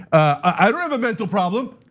i don't have a mental problem.